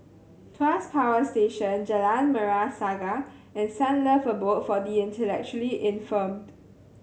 Tuas Power Station Jalan Merah Saga and Sunlove Abode for the Intellectually Infirmed